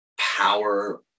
power